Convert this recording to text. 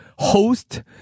Host